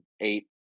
eight